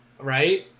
Right